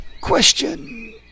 question